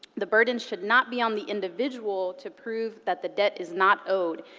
the burden should not be on the individual to prove that the debt is not owed.